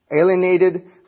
alienated